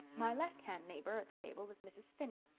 my left-hand neighbor at the table is mrs. phinney.